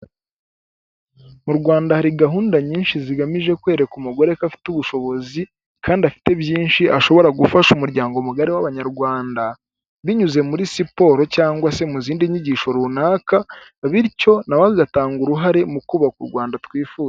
Mu Rwanda hari gahunda nyinshi zigamije kwereka umugore ko afite ubushobozi kandi afite byinshi ashobora gufasha umuryango mugari w'abanyarwanda binyuze muri siporo cyangwa mu zindi nyigisho runaka bityo nawe agatanga uruhare mu kubaka u Rwanda twifuza.